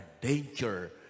danger